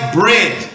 bread